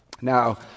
Now